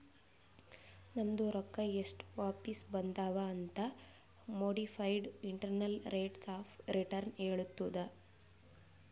ನಮ್ದು ರೊಕ್ಕಾ ಎಸ್ಟ್ ವಾಪಿಸ್ ಬಂದಾವ್ ಅಂತ್ modified internal rates of return ಹೇಳತ್ತುದ್